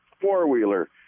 four-wheeler